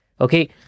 Okay